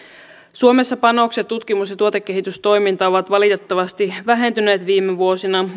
suomessa panokset tutkimus ja tuotekehitystoimintaan ovat valitettavasti vähentyneet viime vuosina